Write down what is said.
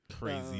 Crazy